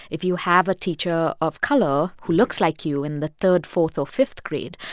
if you have a teacher of color who looks like you in the third, fourth or fifth grade,